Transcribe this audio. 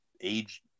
age